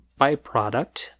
Byproduct